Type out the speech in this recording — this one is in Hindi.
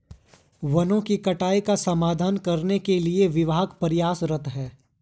वनों की कटाई का समाधान करने के लिए विभाग प्रयासरत है